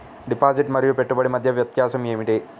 Deposit మరియు పెట్టుబడి మధ్య వ్యత్యాసం ఏమిటీ?